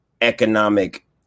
economic